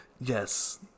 Yes